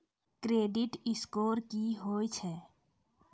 Credit score की होय छै?